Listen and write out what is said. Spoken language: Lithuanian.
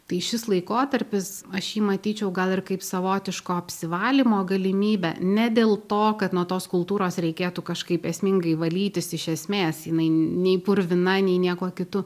tai šis laikotarpis aš jį matyčiau gal ir kaip savotiško apsivalymo galimybę ne dėl to kad nuo tos kultūros reikėtų kažkaip esmingai valytis iš esmes jinai nei purvina nei niekuo kitu